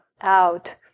out